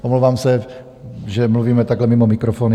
Omlouvám se, že mluvíme takhle mimo mikrofon.